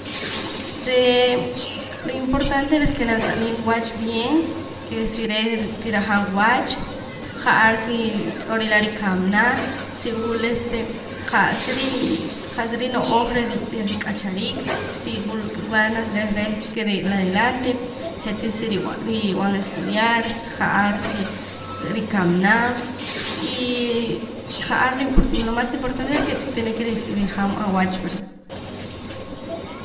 Ree' ri importante reh ke nat'aliim wach bien ke si reh tirajaam wach ja'ar si tz'oo' rilam si rikamana si wul este qa'sa rii qa'sa rino'ooj reh rik'achariik si wul ganas reh reh ke re' rila adelante je'tii siri rib'an estudiar ja'ar je' rikamana y ja'ar lo impor lo mas importante ke tiene ke ri rijaam awach verdad